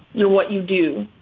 you're what you do